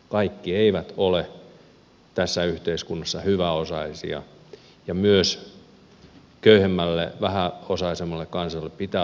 kaikki eivät ole tässä yhteiskunnassa hyväosaisia ja myös köyhemmällä vähäosaisemmalla kansalla pitää olla puolustajansa